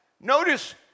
Notice